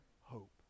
hope